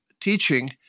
teaching